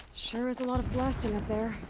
sure is a lot of blasting up there.